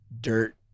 dirt